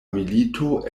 milito